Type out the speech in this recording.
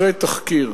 אחרי תחקיר,